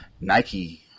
Nike